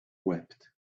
wept